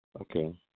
okay